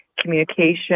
communication